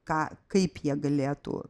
ką kaip jie galėtų